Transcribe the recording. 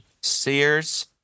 Sears